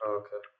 okay